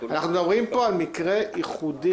אנחנו מדברים פה על מקרה ייחודי,